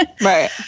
Right